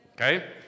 Okay